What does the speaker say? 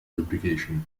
lubrication